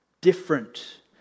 different